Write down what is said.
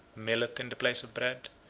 millet in the place of bread,